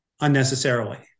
unnecessarily